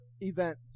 event